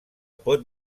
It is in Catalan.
pot